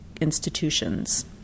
institutions